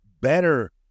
better